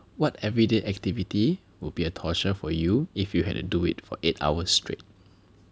what everyday activity would be a torture for you if you had to do it for eight hours straight